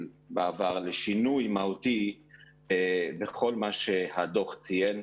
בעבר לשינוי מהותי בכל מה שהדוח ציין,